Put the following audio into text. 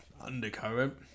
undercurrent